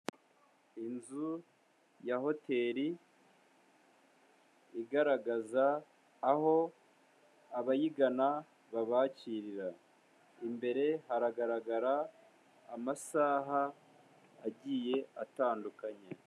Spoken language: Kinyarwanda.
Inzu ya hoteri igaragaza aho abayigana babakirira. Imbere haragaragara amasaha agiye atandukanye.